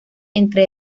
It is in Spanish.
entre